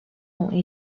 ont